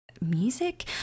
music